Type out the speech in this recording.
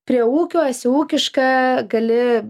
prie ūkio esi ūkiška gali